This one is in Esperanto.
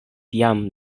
jam